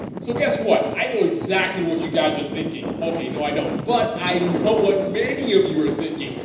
so guess what? i know exactly what you guys are thinking. okay no i don't. but i know what many of you are thinking.